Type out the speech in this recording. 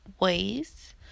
ways